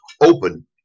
open